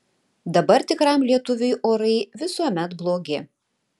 dabar tikram lietuviui orai visuomet blogi